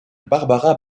barbara